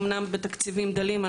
אומנם בתקציבים דלים,